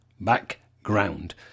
background